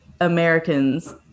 Americans